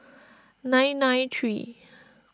nine nine three